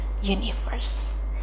universe